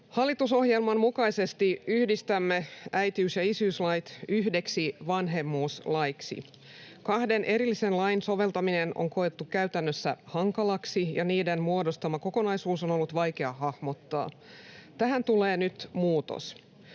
Hallitusohjelman mukaisesti yhdistämme äitiys- ja isyyslait yhdeksi vanhemmuuslaiksi. Kahden erillisen lain soveltaminen on koettu käytännössä hankalaksi, ja niiden muodostama kokonaisuus on ollut vaikea hahmottaa. Tähän tulee nyt muutos.